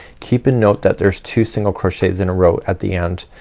keep a note that there's two single crochets in a row at the end.